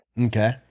Okay